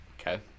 Okay